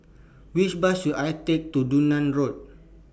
Which Bus should I Take to Dunearn Road